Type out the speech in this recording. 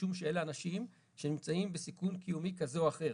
משום שאלה אנשים שנמצאים בסיכון קיומי כזה או אחר.